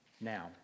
Now